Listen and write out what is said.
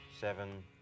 seven